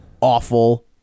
awful